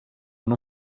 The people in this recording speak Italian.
non